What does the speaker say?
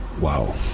wow